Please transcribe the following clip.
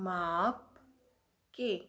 ਮਾਪ ਕੇ